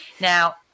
Now